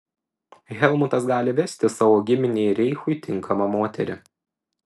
helmutas gali vesti savo giminei ir reichui tinkamą moterį